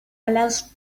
allows